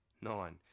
Nine